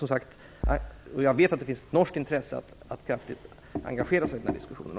Jag vet att det finns ett norskt intresse för att kraftigt engagera sig i den diskussionen.